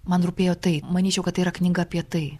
man rūpėjo tai manyčiau kad tai yra knyga apie tai